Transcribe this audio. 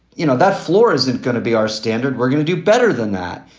you know, that floor isn't going to be our standard. we're going to do better than that.